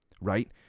right